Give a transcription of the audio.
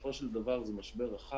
בסופו של דבר, זה משבר רחב,